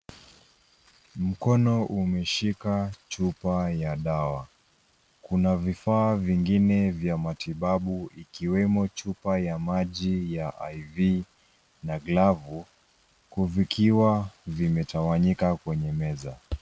Mkono umeshika chupa ya dawa. Kuna vifaa vingine vya matibabu ikiwemo chupa ya maji ya IV na glavu vikiwa vimetawanyika kwenye meza.